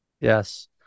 Yes